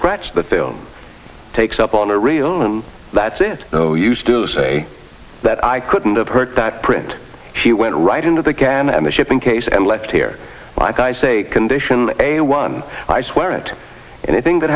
scratch the film takes up on a real home that's it no use to say that i couldn't have hurt that print she went right into the can and the shipping case and left here like i say condition a one i swear it anything that